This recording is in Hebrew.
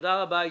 תודה רבה.